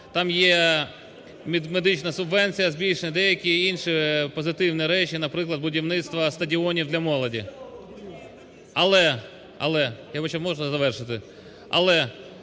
там є медична субвенція збільшення, деякі інші позитивні речі, наприклад, будівництво стадіонів для молоді. Але, можна завершити, на